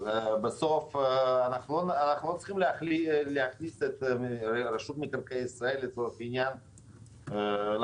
אני רוצה להתייחס לדיון קודם שהיה כאן ולהבין כמה דברים: פעם אחת,